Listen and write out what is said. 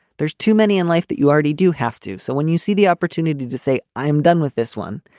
there's too many in life that you already do have to. so when you see the opportunity to say, i'm done with this one,